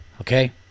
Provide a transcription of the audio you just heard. okay